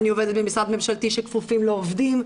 אני עובדת במשרד ממשלתי שכפופים לו עובדים,